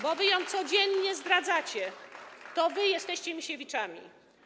Bo wy ją codziennie zdradzacie - to wy jesteście Misiewiczami.